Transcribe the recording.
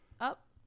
up